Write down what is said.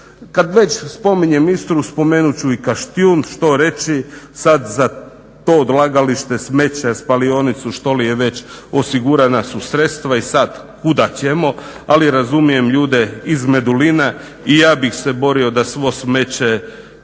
Kad već spominjem Istru, spomenut ću i Kaštijun, što reći sad za to odlagalište smeća, spalionicu, što li je već osigurana su sredstva i sad kuda ćemo, ali razumijem ljude iz Medulina. I ja bih se borio da svo smeće